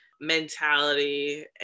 mentality